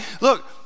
look